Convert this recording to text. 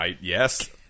Yes